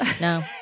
No